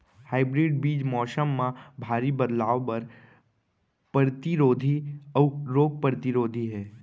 hybrid बीज मौसम मा भारी बदलाव बर परतिरोधी अऊ रोग परतिरोधी हे